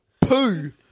poo